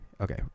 Okay